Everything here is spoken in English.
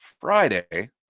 Friday